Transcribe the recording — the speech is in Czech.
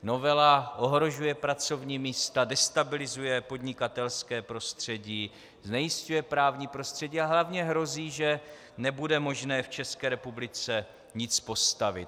Novela ohrožuje pracovní místa, destabilizuje podnikatelské prostředí, znejisťuje právní prostředí, ale hlavně hrozí, že nebude možné v České republice nic postavit.